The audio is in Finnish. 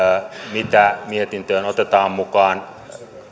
mitä mietintöön otetaan mukaan